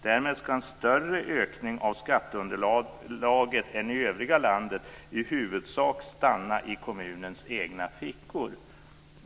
Därmed ska en större ökning av skatteunderlaget än i övriga landet i huvudsak stanna i kommunens egna fickor."